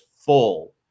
full